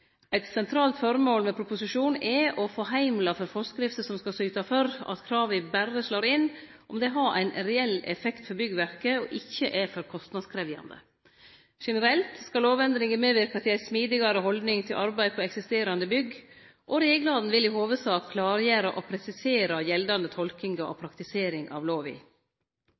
Eit sentralt føremål med proposisjonen er å få heimlar for forskrifter som skal syte for at krava berre slår inn om dei har ein reell effekt for byggverket og ikkje er for kostnadskrevjande. Generelt skal lovendringa medverke til ei smidigare haldning til arbeid på eksisterande bygg. Reglane vil i hovudsak klargjere og presisere gjeldande tolkingar og praktisering av lova.